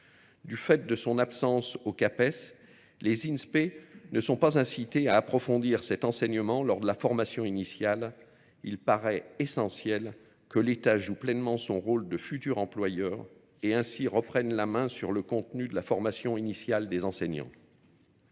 Du fait de son absence au CAPES, les INSPES ne sont pas incités à approfondir cet enseignement lors de la formation initiale. Il paraît essentiel que l'État joue pleinement son rôle de futur employeur et ainsi reprenne la main sur le contenu de la formation initiale des enseignants.